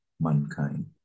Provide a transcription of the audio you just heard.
mankind